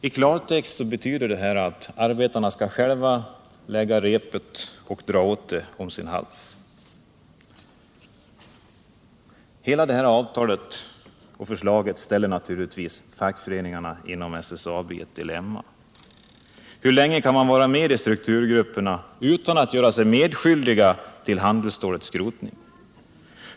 I klartext erbjuds arbetarna att själva lägga repet om sin hals och dra åt det. Hela det här avtalet och förslaget ställer naturligtvis fackföreningarna inom SSAB-området i ett dilemma. Hur länge kan man vara med strukturgrupperna utan att göra sig medskyldig till handelsstålets skrotning?